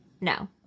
no